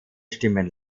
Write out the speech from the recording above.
stimmen